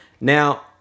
Now